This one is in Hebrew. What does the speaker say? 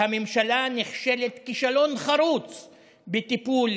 והממשלה נכשלת כישלון חרוץ בטיפול,